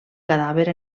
cadàver